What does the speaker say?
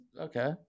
okay